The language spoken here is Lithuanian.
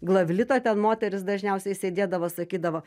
glavlita ten moteris dažniausiai sėdėdavo sakydavo